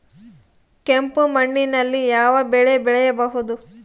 ಕೆಂಪು ಮಣ್ಣಿನಲ್ಲಿ ಯಾವ ಬೆಳೆ ಬೆಳೆಯಬಹುದು?